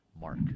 Mark